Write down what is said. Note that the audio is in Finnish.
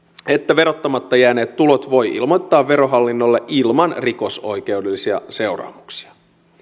että verottamatta jääneet tulot voi ilmoittaa verohallinnolle ilman rikosoikeudellisia seuraamuksia